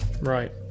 Right